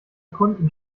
kunden